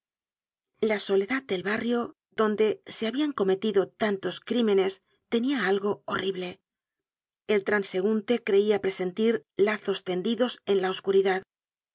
la soledad del barrio donde se habian cometido tantos crímenes tenia algo de horrible el transeunte creia presentir lazos tendidos en'la oscuridad